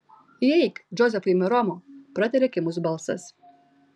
įeik džozefai meromo pratarė kimus balsas